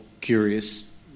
curious